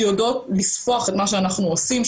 שיודעות לספוח את מה שאנחנו עושים,